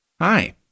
Hi